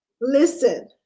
Listen